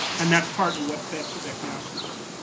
and that's partly what fed quebec nationalism.